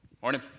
Morning